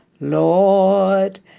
lord